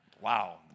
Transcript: Wow